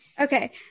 Okay